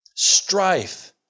strife